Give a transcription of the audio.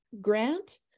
grant